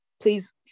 please